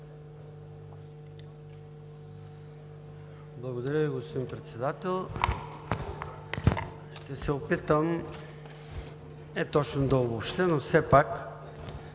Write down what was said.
Благодаря Ви, господин Председател. Ще се опитам не точно да обобщя, но все пак